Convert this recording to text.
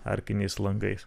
arkiniais langais